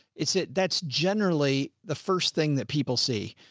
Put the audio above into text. it's that? that's generally the first thing that people see.